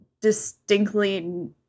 distinctly